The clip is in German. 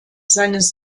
seines